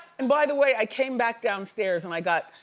and by the way, i came back downstairs, and i got,